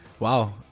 Wow